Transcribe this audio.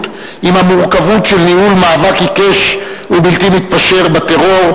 עם המורכבות של ניהול מאבק עיקש ובלתי מתפשר בטרור,